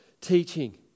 teaching